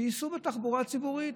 שייסעו בתחבורה הציבורית.